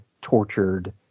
tortured